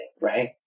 right